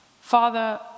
Father